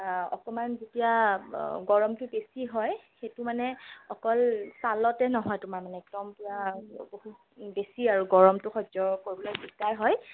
অকণমান যেতিয়া গৰমটো বেছি হয় সেইটো মানে অকল ছালতে নহয় তোমাৰ মানে একদম পূৰা বহুত বেছি আৰু গৰমটো সহ্য কৰিবলৈ দিগদাৰ হয়